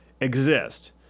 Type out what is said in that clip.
exist